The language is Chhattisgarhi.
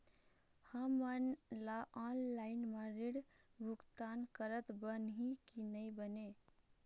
हमन ला ऑनलाइन म ऋण भुगतान करत बनही की नई बने?